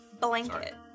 blanket